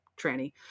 tranny